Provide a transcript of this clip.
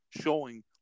showing